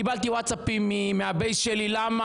קיבלתי וואטסאפים מהבייס שלי למה,